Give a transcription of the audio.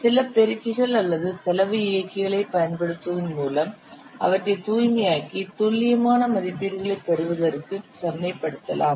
சில பெருக்கிகள் அல்லது செலவு இயக்கிகளைப் பயன்படுத்துவதன் மூலம் அவற்றை தூய்மையாக்கி துல்லியமான மதிப்பீடுகளைப் பெறுவதற்கு செம்மைப்படுத்தலாம்